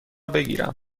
بگیرم